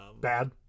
Bad